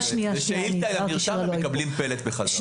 בשאילתה אל המרשם הם מקבלים פלט בחזרה.